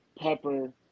pepper